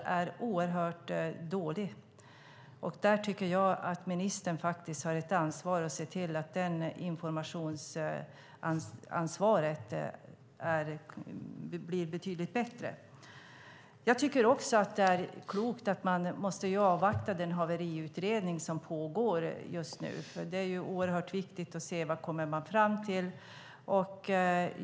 Där har ministern ansvaret att se till att informationen blir bättre. Det är också klokt att avvakta den pågående haveriutredningen. Det är oerhört viktigt att se vad man kommer fram till.